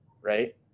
Right